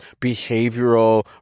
behavioral